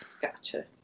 Gotcha